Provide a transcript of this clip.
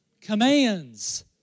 commands